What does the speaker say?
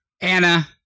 Anna